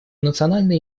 национальные